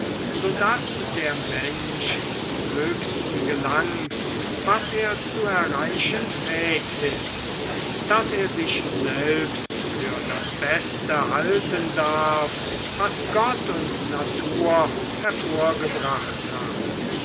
so daß der mensch zum höchsten gelangt was er zu erreichen fähig ist daß er sich selbst für das beste halten darf was gott und natur hervor gebracht haben